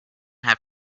have